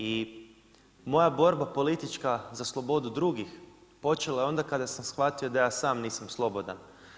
I moja borba politička za slobodu drugih počela je onda kada sam shvatio da ja sam nisam slobodan.